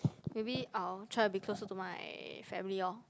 maybe I will try to be closer to my family oh